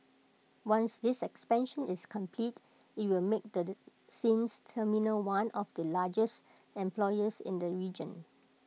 once this expansion is complete IT will make the Sines terminal one of the largest employers in the region